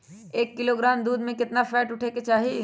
एक किलोग्राम दूध में केतना फैट उठे के चाही?